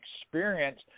experience